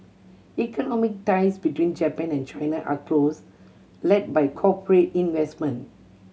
economic ties between Japan and China are close led by corporate investment